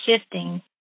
shifting